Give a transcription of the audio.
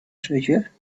treasure